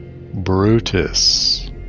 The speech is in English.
Brutus